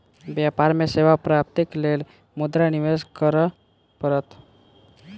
व्यापार में सेवा प्राप्तिक लेल मुद्रा निवेश करअ पड़त